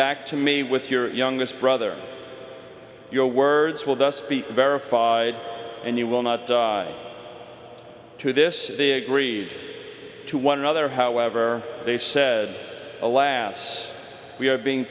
back to me with your youngest brother your words will thus be verified and you will not to this they agreed to one another however they said alas we are being